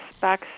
back